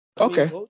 Okay